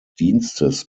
dienstes